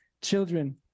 children